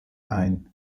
ein